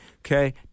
Okay